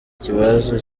ikibazo